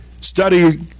study